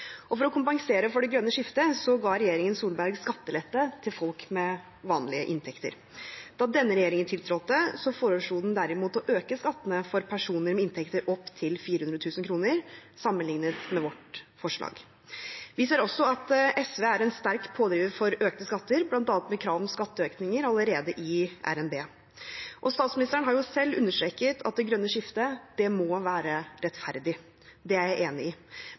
For å kompensere for det grønne skiftet ga regjeringen Solberg skattelette til folk med vanlige inntekter. Da denne regjeringen tiltrådte, foreslo den derimot å øke skattene for personer med inntekter opptil 400 000 kr, sammenlignet med vårt forslag. Vi ser også at SV er en sterk pådriver for økte skatter, bl.a. med krav om skatteøkninger allerede i RNB. Statsministeren har selv understreket at det grønne skiftet må være rettferdig. Det er jeg enig i,